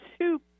two